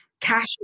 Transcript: Cash